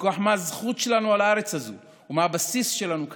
מכוח מה הזכות שלנו על הארץ הזו ומה הבסיס שלנו כאן.